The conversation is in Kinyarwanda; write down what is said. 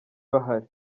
bahari